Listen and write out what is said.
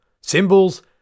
Symbols